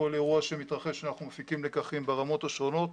כל אירוע שמתרחש אנחנו מפיקים לקחים ברמות השונות,